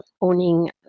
owning